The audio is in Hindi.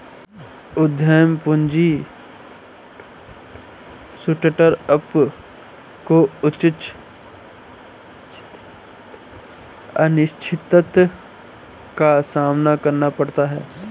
उद्यम पूंजी स्टार्टअप को उच्च अनिश्चितता का सामना करना पड़ता है